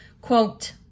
quote